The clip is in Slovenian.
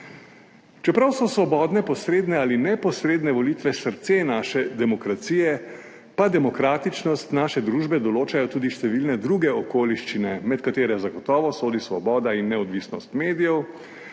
Čeprav so svobodne posredne ali neposredne volitve srce naše demokracije, pa demokratičnost naše družbe določajo tudi številne druge okoliščine, med katere zagotovo sodi svoboda in neodvisnost medijev,